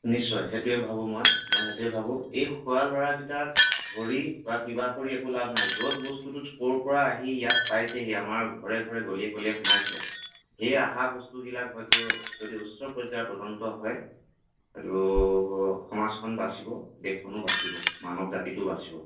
নিশ্চয় সেইটোৱে ভাবোঁ মই মই সেইটোৱে ভাবোঁ এই খোৱা ল'ৰাকেইটাক ধৰি বা কিবা কৰি একো লাভ নাই য'ত বস্তুটো ক'ৰ পৰা আহি ইয়াত পাইছেহি আমাৰ ঘৰে ঘৰে গলিয়ে গলিয়ে সোমাইছে এই অহা বস্তুবিলাক হয়টো যদি উচ্চ পৰ্য্যায়ৰ তদন্ত হয় আৰু সমাজখন বাচিব দেশখনো বাচিব মানৱ জাতিটো বাচিব